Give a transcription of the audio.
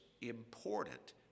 important